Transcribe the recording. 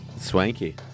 Swanky